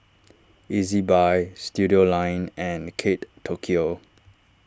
Ezbuy Studioline and Kate Tokyo